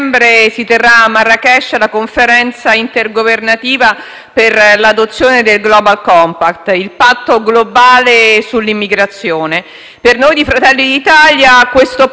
per l'adozione del Global compact, il patto globale sull'immigrazione. Per Fratelli d'Italia questo patto farà cadere ogni distinzione tra chi è profugo,